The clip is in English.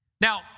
Now